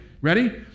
ready